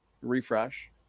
refresh